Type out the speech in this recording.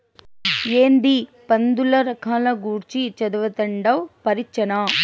ఏందీ పందుల రకాల గూర్చి చదవతండావ్ పరీచ్చనా